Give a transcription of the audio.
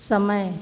समय